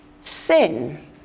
sin